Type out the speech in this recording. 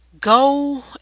go